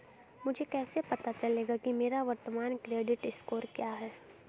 मुझे कैसे पता चलेगा कि मेरा वर्तमान क्रेडिट स्कोर क्या है?